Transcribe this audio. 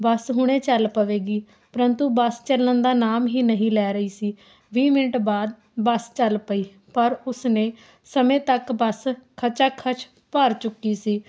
ਬਸ ਹੁਣੇ ਚੱਲ ਪਵੇਗੀ ਪਰੰਤੂ ਬੱਸ ਚੱਲਣ ਦਾ ਨਾਮ ਹੀ ਨਹੀਂ ਲੈ ਰਹੀ ਸੀ ਵੀਹ ਮਿੰਟ ਬਾਅਦ ਬੱਸ ਚੱਲ ਪਈ ਪਰ ਉਸਨੇ ਸਮੇਂ ਤੱਕ ਬਸ ਖੱਚਾ ਖੱਚ ਭਰ ਚੁੱਕੀ ਸੀ